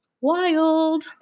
wild